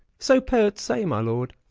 so poets say, my lord.